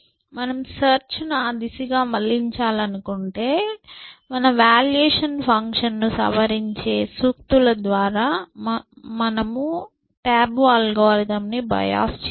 మీరు సెర్చ్ ను ఆ దిశగా మళ్లించాలనుకుంటే మీ వాల్యుయేషన్ ఫంక్షన్ను సవరించే సూక్తుల ద్వారా మీరు టాబు అల్గోరిథం ను బయోస్ చేయవచ్చు